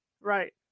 right